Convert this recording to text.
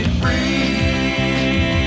free